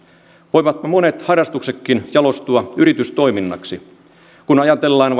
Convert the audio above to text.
voivatpa monet harrastuksetkin jalostua yritystoiminnaksi kun ajatellaan